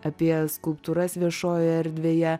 apie skulptūras viešojoje erdvėje